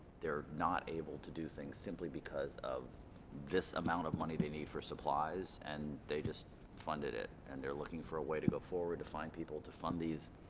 they're not able to do things simply because of this amount of money they need for supplies and they just funded it and they're looking for a way to go forward to find people to fund these